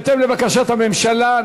בהתאם לבקשת הממשלה.